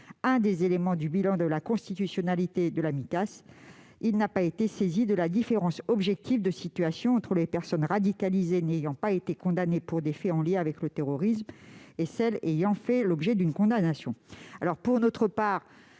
un des éléments du bilan de la constitutionnalité de la Micas, il n'a pas été saisi de la différence objective de situation entre les personnes radicalisées n'ayant pas été condamnées pour des faits en lien avec le terrorisme et celles qui ont fait l'objet d'une condamnation. Pour notre part,